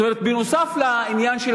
זאת אומרת, נוסף על העניין של